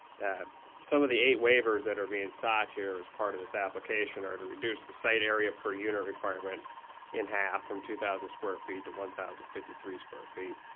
and so of the eight waivers that are being sought here as part of this application are to reduce the site area per unit requirement in half from two thousand square feet to one thousand and fifty three square feet,